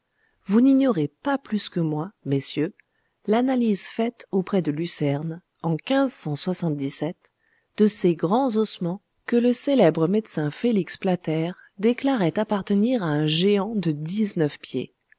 vous n'ignorez pas plus que moi messieurs l'analyse faite auprès de lucerne en de ces grands ossements que le célèbre médecin félix plater déclarait appartenir à un géant de dix-neuf pieds